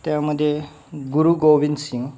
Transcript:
त्यामध्ये गुरू गोविंद सिंग